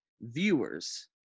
viewers